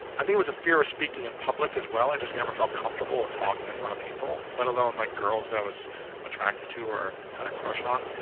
i think was a fear of speaking in public as well, i just never felt comfortable talking in front of people, let alone like girls that i was attracted to, or had a crush on.